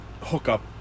hookup